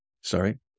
sorry